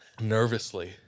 Nervously